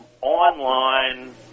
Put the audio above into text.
Online